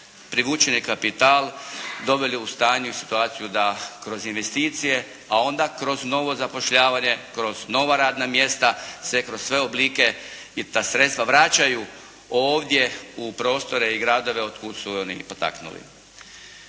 privučeni kapital doveli u stanje i situaciju da kroz investicije a onda kroz novo zapošljavanje, kroz nova radna mjesta se kroz sve oblike i ta sredstva vraćaju ovdje u prostore i gradove otkud su oni i potaknuli.